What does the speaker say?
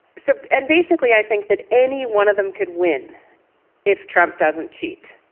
so and basically, i think that any one of them could win if trump doesn't cheat.